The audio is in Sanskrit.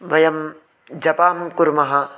वयं जपं कुर्मः